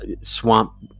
swamp